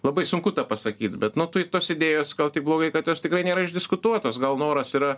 labai sunku tą pasakyt bet nu tos idėjos gal tik blogai kad jos tikrai nėra išdiskutuotos gal noras yra